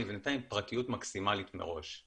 נבנתה עם פרטיות מקסימלית מראש.